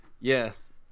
yes